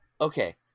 Okay